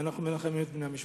ואנחנו מנחמים את בני המשפחה.